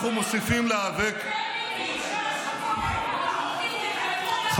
אם זה לא עכשיו, אז תדאג שאחרים לא יענו לך על זה.